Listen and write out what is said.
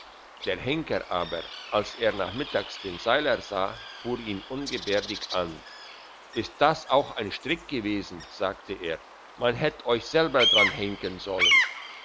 der henker aber als er nachmittags den seiler sah fuhr ihn ungebärdig an ist das auch ein strick gewesen sagte er man hätt euch selber dran henken sollen